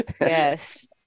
Yes